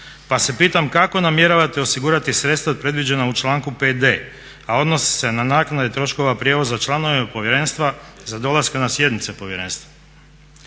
pa se pitam kako namjeravate osigurati sredstva predviđena u članku 5D. a odnosi se na naknade troškova prijevoza članova Povjerenstva za dolaske na sjednice Povjerenstva.